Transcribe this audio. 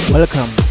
Welcome